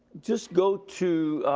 just go to,